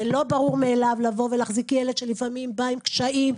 זה לא ברור מאליו לבוא ולהחזיק ילד שלפעמים בא עם קשיים.